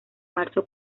marzo